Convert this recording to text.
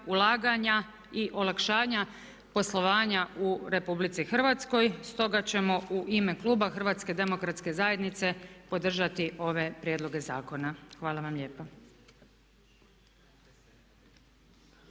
ulaganja i olakšanja poslovanja u RH. Stoga ćemo u ime kluba HDZ-a podržati ove prijedloge zakona. Hvala vam lijepa.